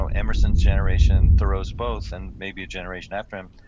so emerson's generation, thoreau's both and maybe a generation after them,